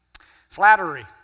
Flattery